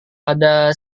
ada